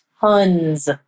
tons